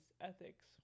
ethics